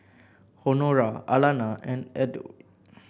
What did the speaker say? Honora Alannah and Edw